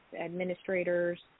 administrators